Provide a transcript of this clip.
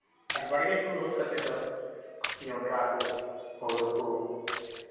ᱟᱨ ᱵᱟᱲᱜᱮ ᱠᱚ ᱞᱟᱦᱚᱫ ᱠᱟᱛᱮ ᱫᱚ ᱡᱚᱸᱰᱨᱟ ᱠᱚ ᱦᱳᱲᱳ ᱠᱚ